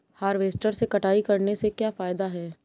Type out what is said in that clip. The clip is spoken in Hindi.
हार्वेस्टर से कटाई करने से क्या फायदा है?